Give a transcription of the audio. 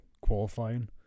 qualifying